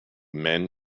men